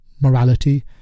Morality